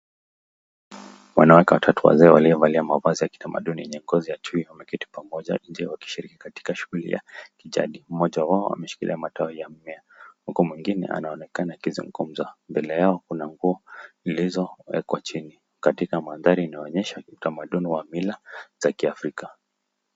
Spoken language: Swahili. Wanawake watatu wazee waliovalia mavazi ya kitamanduni yenye ngozi ya chui wameketi pamoja nje wakishiriki katika shughuli ya kijadi. Mmoja wao ameshikilia matawi ya mmea uku mwingine anaonekana akizungumza. Mbele yao kuna nguo zilizowekwa chini katika mandhari inaonyesha utamanduni wa mila za kiafrika.